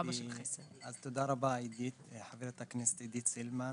אז תודה רבה, חברת הכנסת עידית סילמן,